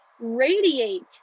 radiate